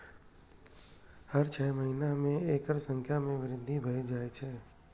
हर छह महीना मे एकर संख्या मे वृद्धि भए जाए छै